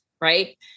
Right